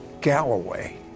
Galloway